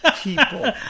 people